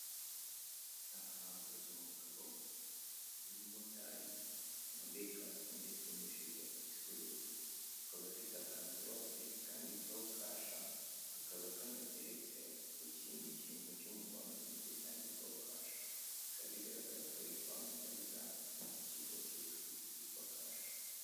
Aha hahagaze umugabo w'umumotari, wambaye casike ndetse n'ijire isa ubururu. Akaba afite akavirope kanditseho Kasha, kakaba kanateretse ku kindi kintu cy'umuhondo nacyo cyanditseho Kasha. Bikaba bigaragara ko ari kwampamariza iki kigo cy'ubucuruzi kitwa Kasha.